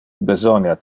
besonia